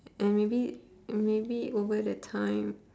and maybe maybe over the time